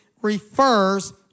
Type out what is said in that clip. refers